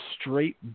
straight